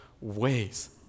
ways